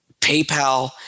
PayPal